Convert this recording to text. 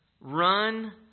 Run